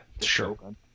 Sure